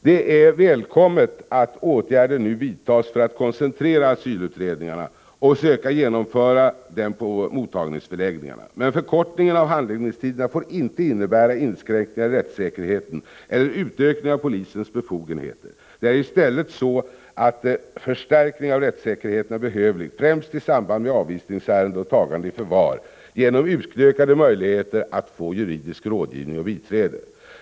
Det är välkommet att åtgärder nu vidtas för att koncentrera asylutredningarna och söka genomföra dem på mottagningsförläggningarna. Men förkortningen av handläggningstiderna får inte innebära inskränkningar i rättssäkerheten eller en utökning av polisens befogenheter. Det är i stället så att förstärkning av rättssäkerheten är behövlig, främst i samband med avvisningsärenden och tagande i förvar, genom utökade möjligheter att få juridisk rådgivning och biträde.